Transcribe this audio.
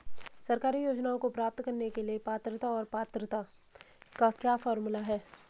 सरकारी योजनाओं को प्राप्त करने के लिए पात्रता और पात्रता का क्या फार्मूला है?